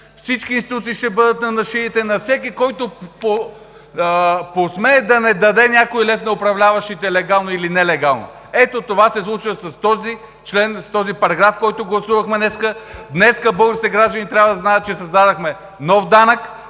Всички институции ще бъдат на шията на всеки, който посмее да не даде някой лев на управляващите – легално или нелегално. Ето това се случва с този член, с този параграф, който днес гласувахме. Днес българските граждани трябва да знаят, че създадохме нов данък